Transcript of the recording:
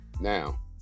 Now